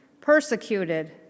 Persecuted